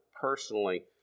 personally